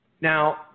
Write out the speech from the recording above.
Now